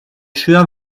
sure